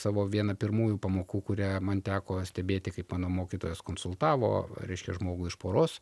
savo viena pirmųjų pamokų kurią man teko stebėti kaip mano mokytojas konsultavo reiškia žmogų iš poros